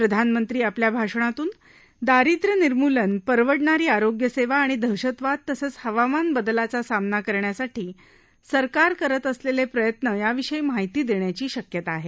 प्रधानमंत्री आपल्या भाषणातून दारिद्र्य निर्मूलन परवडणारी आरोग्यसेवा आणि दहशतवाद तसंच हवामान बदलाचा सामना करण्यासाठी सरकार करत असलेले प्रयत्न याविषयी माहिती देण्याची शक्यता आहे